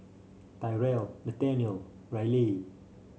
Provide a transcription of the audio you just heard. Tyrel Nathaniel Ryleigh